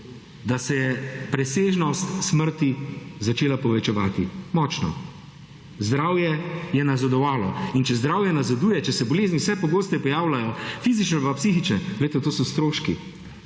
da se preseženost smrti začela povečevati, močno. Zdravje je nazadovalo in če zdravje nazaduje, če se bolezni vse pogosteje pojavljajo, fizično pa / nerazumljivo/, glejte to so stroški.